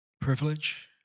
privilege